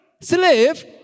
slave